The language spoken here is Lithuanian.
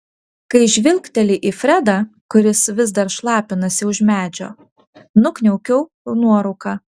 kai žvilgteli į fredą kuris vis dar šlapinasi už medžio nukniaukiu nuorūką